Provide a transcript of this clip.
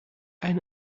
ein